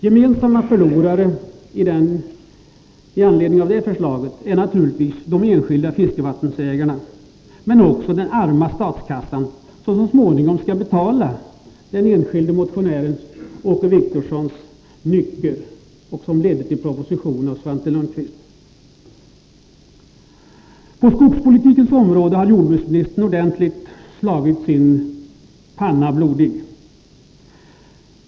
Gemensamma förlorare i anledning av det förslaget är naturligtvis de enskilda fiskevattensägarna men också den arma statskassan, som så småningom skall betala den enskilde motionären Åke Wictorssons nycker, som ledde till propositionen av Svante Lundkvist. På skogspolitikens område har jordbruksministern ordentligt slagit sin panna blodig.